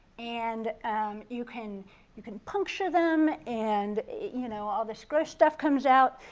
and you can you can puncture them and, you know, all this gross stuff comes out.